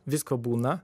visko būna